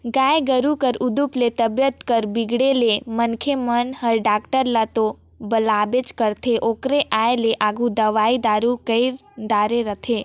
गाय गोरु कर उदुप ले तबीयत कर बिगड़े ले मनखे मन हर डॉक्टर ल तो बलाबे करथे ओकर आये कर आघु दवई दारू कईर डारे रथें